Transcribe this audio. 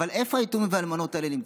אבל איפה היתומים והאלמנות האלה נמצאים?